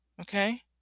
Okay